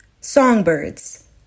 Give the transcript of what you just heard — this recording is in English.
songbirds